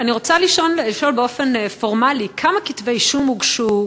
אני רוצה לשאול באופן פורמלי: כמה כתבי-אישום הוגשו?